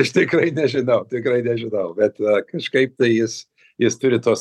aš tikrai nežinau tikrai nežinai bet kažkaip tai jis jis turi tos